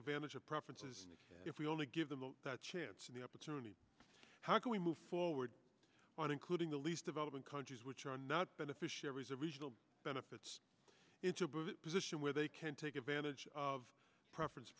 advantage of preferences if we only give them the chance of the opportunity how can we move forward on including the least developing countries which are not beneficiaries of regional benefits it's a bit position where they can take advantage of preference